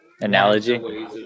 Analogy